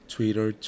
Twitter